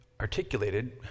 articulated